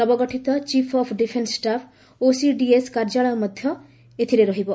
ନବଗଠିତ chief of defence staff ଓ CDS କାର୍ଯ୍ୟାଳୟ ଏହା ମଧ୍ୟରେ ରହିବ